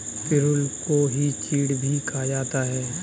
पिरुल को ही चीड़ भी कहा जाता है